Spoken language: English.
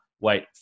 wait